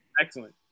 excellent